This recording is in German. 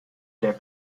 der